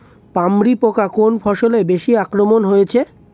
পামরি পোকা কোন ফসলে বেশি আক্রমণ হয়েছে?